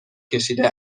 کشیده